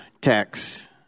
text